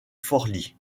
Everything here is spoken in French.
forlì